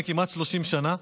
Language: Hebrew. כמעט 30 שנה.